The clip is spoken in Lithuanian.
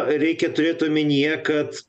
reikia turėti omenyje kad